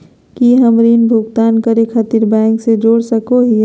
की हम ऋण भुगतान करे खातिर बैंक से जोड़ सको हियै?